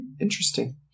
Interesting